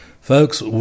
Folks